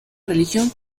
religión